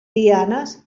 lianes